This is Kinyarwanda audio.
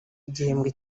igihembwe